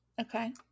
okay